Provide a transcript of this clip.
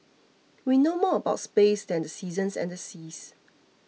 we know more about space than the seasons and the seas